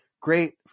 great